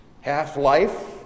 half-life